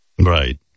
right